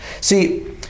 See